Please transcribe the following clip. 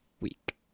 week